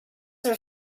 are